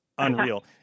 Unreal